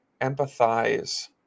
empathize